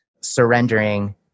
surrendering